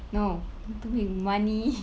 no I want to make money